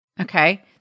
okay